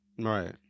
Right